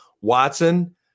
Watson